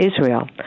Israel